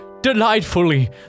delightfully